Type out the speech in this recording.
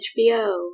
HBO